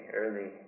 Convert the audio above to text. early